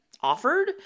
offered